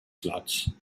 slots